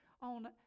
on